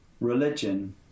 Religion